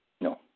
no